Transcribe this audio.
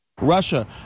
Russia